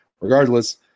regardless